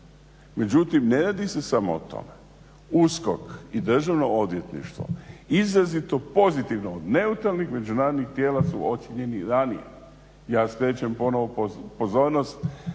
Međutim, ne radi se samo o tome. USKOK i Državno odvjetništvo izrazito pozitivno od neutralnih međunarodnih tijela su ocijenjeni i ranije. Ja skrećem ponovno pozornost